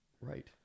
Right